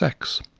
sex?